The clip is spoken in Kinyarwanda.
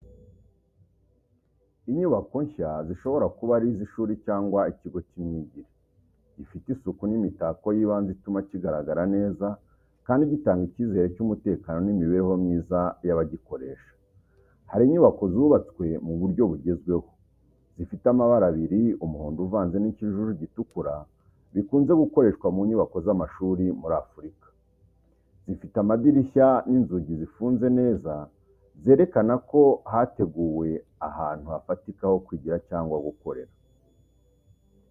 Inyubako nshya zishobora kuba ari iz'ishuri cyangwa ikigo cy'imyigire, gifite isuku n'imitako y'ibanze ituma kigaragara neza kandi gitanga icyizere cy’umutekano n’imibereho myiza y’abagikoresha. Hari inyubako zubatswe mu buryo bugezweho, zifite amabara abiri umuhondo uvanze n'ikijuju gitukura bikunze gukoreshwa ku nyubako z’amashuri muri Afurika. Zifite amadirishya n’inzugi zifunze neza zerekana ko hateguwe ahantu hafatika ho kwigira cyangwa gukorera.